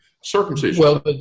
Circumcision